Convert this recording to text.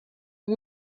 den